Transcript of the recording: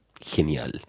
genial